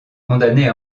condamné